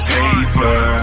Paper